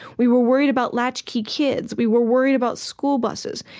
we were worried about latchkey kids. we were worried about school buses.